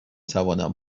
توانم